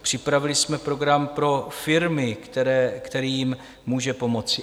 Připravili jsme program pro firmy, kterým může pomoci.